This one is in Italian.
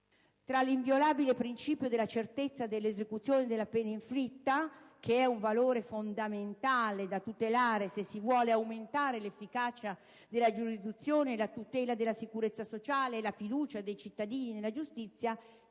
tra l'inviolabile principio della certezza dell'esecuzione della pena inflitta - che è un valore fondamentale da tutelare se si vogliono aumentare l'efficacia della giurisdizione, la tutela della sicurezza sociale e la fiducia dei cittadini nella giustizia